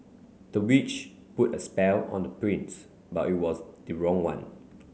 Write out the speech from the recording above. the witch put a spell on the prince but it was the wrong one